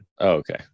Okay